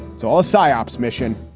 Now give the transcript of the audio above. so all a psyops mission.